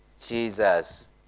Jesus